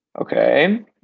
Okay